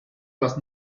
was